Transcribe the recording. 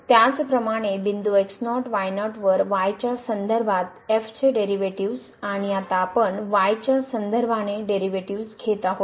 त्याचप्रमाणे बिंदू x0 y0 वर y च्या संदर्भात f चे डेरिव्हेटिव्हज आणि आता आपण y च्या संदर्भाने डेरिव्हेटिव्हज घेत आहोत